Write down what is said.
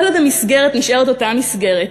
כל עוד המסגרת נשארת אותה מסגרת,